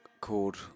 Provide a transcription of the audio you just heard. called